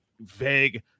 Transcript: vague